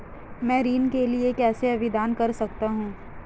मैं ऋण के लिए कैसे आवेदन कर सकता हूं?